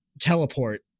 teleport